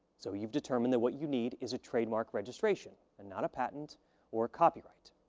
so, you've determined that what you need is a trademark registration and not a patent or copyright.